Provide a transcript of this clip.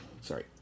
sorry